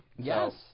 Yes